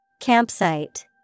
Campsite